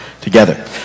together